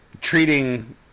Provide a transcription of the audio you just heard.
treating